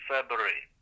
February